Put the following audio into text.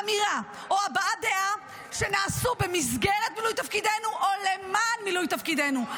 אמירה או הבעת דעה שנעשו במסגרת מילוי תפקידנו או למען מילוי תפקידנו.